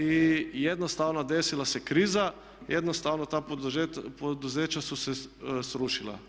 I jednostavno desila se kriza, jednostavno ta poduzeća su se srušila.